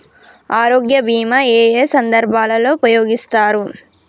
ఆరోగ్య బీమా ఏ ఏ సందర్భంలో ఉపయోగిస్తారు?